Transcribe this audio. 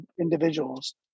individuals